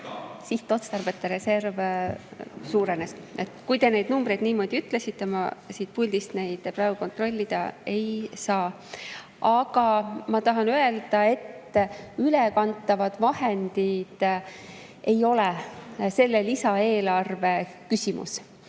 sihtotstarbeta reserv suurenes. Niimoodi te neid numbreid ütlesite, ma siit puldist neid praegu kontrollida ei saa. Aga ma tahan öelda, et ülekantavad vahendid ei ole selle lisaeelarve küsimus.